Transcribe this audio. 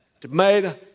Tomato